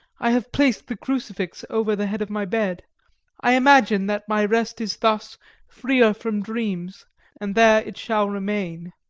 i have placed the crucifix over the head of my bed i imagine that my rest is thus freer from dreams and there it shall remain.